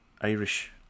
Irish